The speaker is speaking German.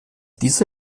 diese